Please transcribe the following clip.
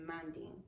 demanding